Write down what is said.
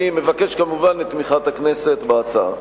אני מבקש, כמובן, את תמיכת הכנסת בהצעה.